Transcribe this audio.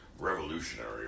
revolutionary